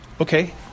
okay